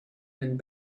and